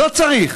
לא צריך.